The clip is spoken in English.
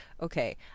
okay